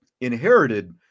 inherited